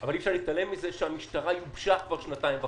אבל אי אפשר להתעלם מכך שהמשטרה יובשה וסורסה כבר שנתיים וחצי,